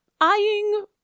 eyeing